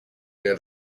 near